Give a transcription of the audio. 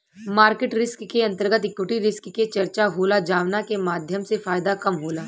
market risk के अंतर्गत equity risk के चर्चा होला जावना के माध्यम से फायदा कम होला